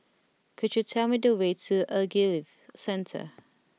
could you tell me the way to The Ogilvy Centre